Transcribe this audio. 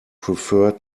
prefer